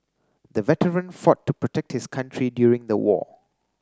the veteran fought to protect his country during the war